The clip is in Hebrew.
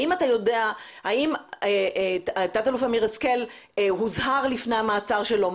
האם אתה יודע האם תא"ל אמיר השכל הוזהר לפני המעצר שלו?